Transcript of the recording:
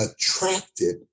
attracted